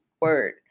word